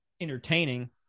entertaining